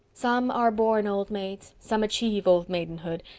some are born old maids, some achieve old maidenhood,